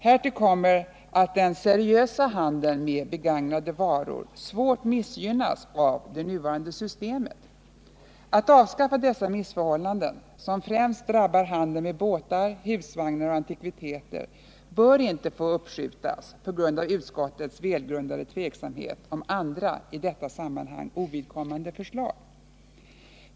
Härtill kommer att den seriösa handeln med begagnade varor svårt missgynnas av det nuvarande systemet. Avskaffandet av dessa missförhållanden, som främst drabbar handeln med båtar, husvagnar och antikviteter, bör inte få uppskjutas på grund av utskottets välgrundade tveksamhet om andra, i detta sammanhang ovidkommande förslag.